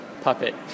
puppet